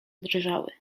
drżały